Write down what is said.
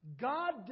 God